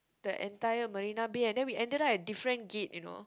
the entire Marina-Bay and then we ended up at different gate you know